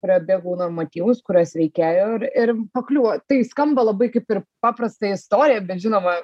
prabėgau normatyvus kuriuos reikėjo ir ir pakliūvo tai skamba labai kaip ir paprasta istorija bet žinoma